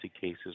cases